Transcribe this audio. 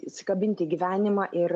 įsikabinti į gyvenimą ir